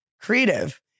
creative